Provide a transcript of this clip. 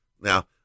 Now